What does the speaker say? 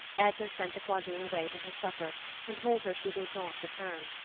edna sent the quadroon away to her supper and told her she need not return.